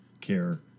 care